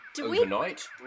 overnight